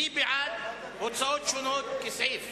מי בעד הוצאות שונות כסעיף?